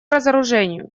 разоружению